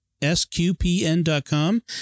sqpn.com